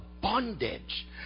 bondage